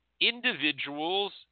individuals